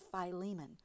Philemon